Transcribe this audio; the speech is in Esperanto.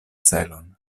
celon